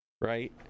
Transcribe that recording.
right